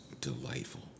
delightful